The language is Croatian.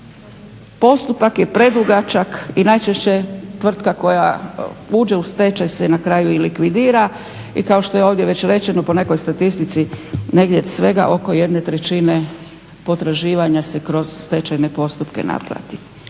postupaka je predugačak i najčešće tvrtka koja uđe u stečaj se na kraju i likvidira. I kao što je ovdje već rečeno po nekoj statistici, negdje svega oko jedne trećine potraživanja se kroz stečajne postupke naplati.